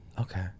Okay